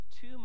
two